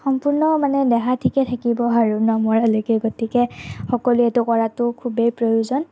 সম্পূৰ্ণ মানে দেহা ঠিকে থাকিব আৰু নমৰালৈকে গতিকে সকলোৱেতো কৰাটো খুবেই প্ৰয়োজন